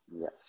Yes